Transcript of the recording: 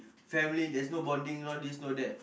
family there's no bonding no this no that